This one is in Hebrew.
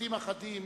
משפטים אחדים